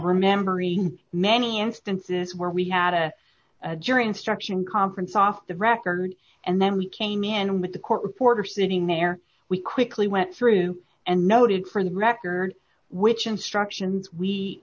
remembering many instances where we had a jury instruction conference off the record and then we came in with the court reporter sitting there we quickly went through and noted for the record which instructions we